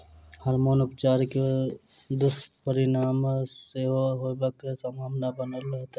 hormone उपचार के दुष्परिणाम सेहो होयबाक संभावना बनल रहैत छै